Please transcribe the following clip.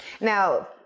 Now